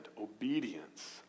Obedience